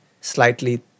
slightly